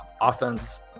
offense